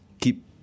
keep